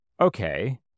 Okay